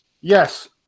Yes